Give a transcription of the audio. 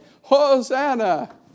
Hosanna